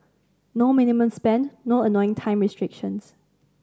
no minimum spend no annoying time restrictions